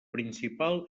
principal